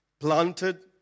Planted